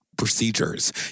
procedures